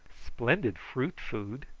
splendid fruit food.